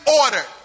Order